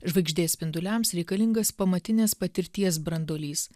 žvaigždės spinduliams reikalingas pamatinės patirties branduolys